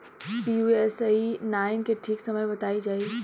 Pusa nine के ठीक समय बताई जाई?